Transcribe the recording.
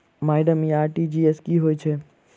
Madam इ RTGS की होइ छैय?